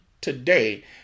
today